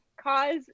cause